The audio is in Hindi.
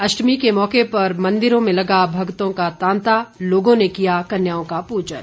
अष्टमी के मौके पर मंदिरों में लगा भक्तों का तांता लोगों ने किया कन्याओं का पूजन